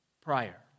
prior